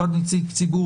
אחד נציג ציבור,